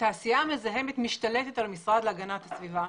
התעשייה המזהמת משתלטת על המשרד להגנת הסביבה.